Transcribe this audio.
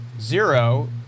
zero